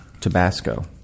Tabasco